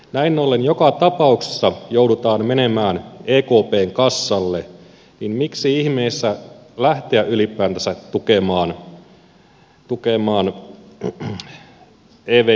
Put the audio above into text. näin ollen kun joka tapauksessa joudutaan menemään ekpn kassalle miksi ihmeessä lähteä ylipäätänsä tukemaan evmn kautta